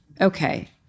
okay—